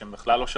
שהם בכלל לא שמעו.